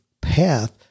path